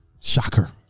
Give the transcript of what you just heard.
Shocker